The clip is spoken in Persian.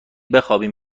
بخوابیم